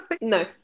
no